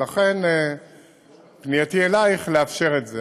לכן פנייתי אלייך לאפשר את זה.